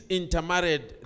intermarried